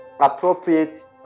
appropriate